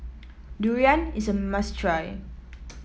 durian is a must try